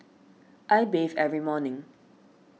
I bathe every morning